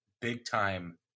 big-time